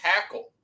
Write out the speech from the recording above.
tackle